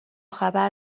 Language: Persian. خبر